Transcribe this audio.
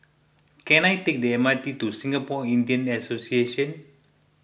can I take the M R T to Singapore Indian Association